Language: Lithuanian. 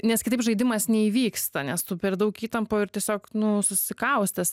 nes kitaip žaidimas neįvyksta nes tu per daug įtampoj ir tiesiog nu susikaustęs